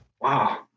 Wow